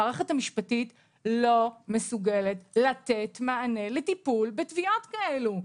המערכת המשפטית לא מסוגלת לתת מענה לטיפול בתביעות כאלה.